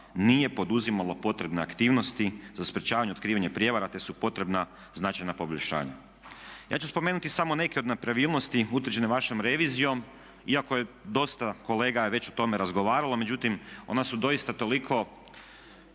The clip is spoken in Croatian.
nije poduzimalo potrebne aktivnosti za sprječavanje i otkrivanje prijevara te su potrebna značajna poboljšanja. Ja ću spomenuti samo neke od nepravilnosti utvrđene vašom revizijom iako je, dosta kolega je već o tome razgovaralo, međutim ona su doista toliko